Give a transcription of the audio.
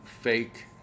fake